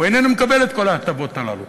הוא איננו מקבל את כל ההטבות הללו.